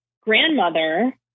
grandmother